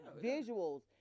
visuals